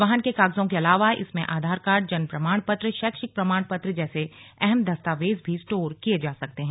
वाहन के कागजों के अलावा इसमें आधार कार्ड जन्म प्रमाण पत्र शैक्षिक प्रमाण पत्र जैसे अहम दस्तावेज भी स्टोर किये जा सकते हैं